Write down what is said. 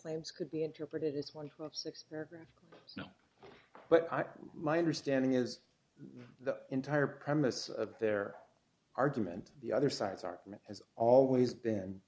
claims could be interpreted as one of six now what i my understanding is the entire premise of their argument the other side's argument has always been